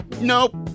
Nope